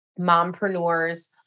mompreneurs